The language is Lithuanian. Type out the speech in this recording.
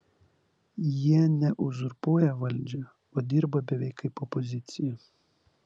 jie ne uzurpuoja valdžią o dirba beveik kaip opozicija